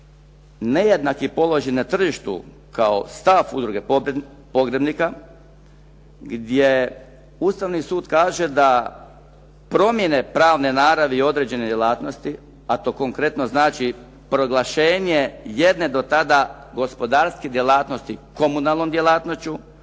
nejednaki položaj na tržištu kao stav Udruge pogrebnika gdje Ustavni sud kaže da promjene pravne naravi određene djelatnosti a to konkretno znači proglašenje jedne do tada gospodarske djelatnosti komunalnom djelatnošću